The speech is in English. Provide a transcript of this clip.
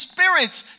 Spirit's